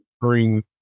bring